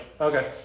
Okay